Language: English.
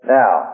now